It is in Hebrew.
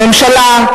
הממשלה,